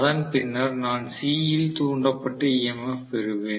அதன் பின்னர் நான் C ல் தூண்டப்பட்ட EMF பெறுவேன்